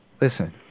Listen